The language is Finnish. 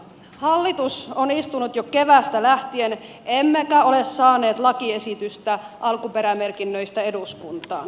hallitus on istunut jo keväästä lähtien emmekä ole saaneet lakiesitystä alkuperämerkinnöistä eduskuntaan